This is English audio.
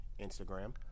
instagram